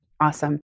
Awesome